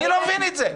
אני לא מבין את זה.